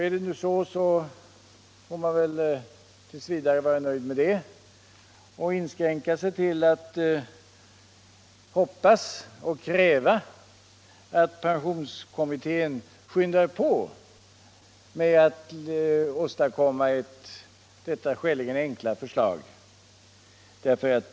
Är det nu så, får man väl t. v. vara nöjd med det och inskränka sig till att hoppas och kräva att pensionskommittén skyndar på med att åstadkomma detta skäligen enkla förslag.